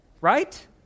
right